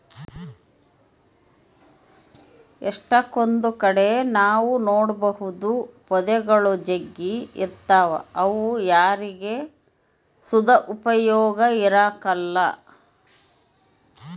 ಎಷ್ಟಕೊಂದ್ ಕಡೆ ನಾವ್ ನೋಡ್ಬೋದು ಪೊದೆಗುಳು ಜಗ್ಗಿ ಇರ್ತಾವ ಅವು ಯಾರಿಗ್ ಸುತ ಉಪಯೋಗ ಇರಕಲ್ಲ